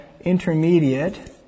intermediate